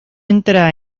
entra